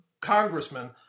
congressman